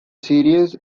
series